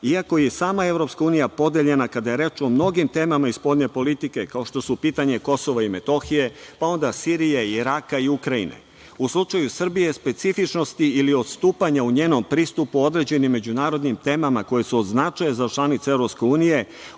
iako je i sama EU podeljena kada je reč o mnogim temama iz spoljne politike, kao što su pitanje KiM, pa onda Sirije, Iraka i Ukrajine. U slučaju Srbije, specifičnosti ili odstupanja u njenom pristupu određenim međunarodnim temama koje su od značaja za članice EU odnose se,